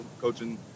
coaching